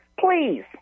Please